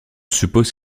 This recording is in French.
suppose